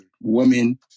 Women